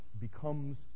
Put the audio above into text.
becomes